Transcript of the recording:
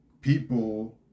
people